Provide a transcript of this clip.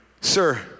sir